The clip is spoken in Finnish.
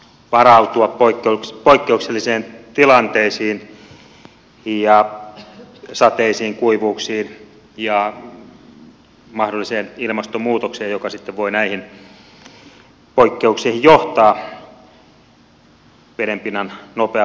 tavoitteenahan on varautua poikkeuksellisiin tilanteisiin ja sateisiin kuivuuksiin ja mahdolliseen ilmastonmuutokseen joka sitten voi näihin poikkeuksiin johtaa vedenpinnan nopean vaihtelun myötä